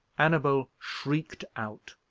annabel shrieked out,